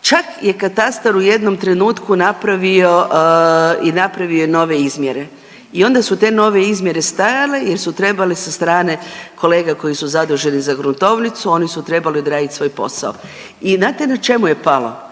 Čak je katastar u jednom trenutku napravio i napravio je nove izmjere i onda su te nove izmjere stajale jer su trebale sa strane kolega koji su zaduženi za gruntovnicu, oni su trebali odraditi svoj posao i znate na čemu je palo?